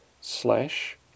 slash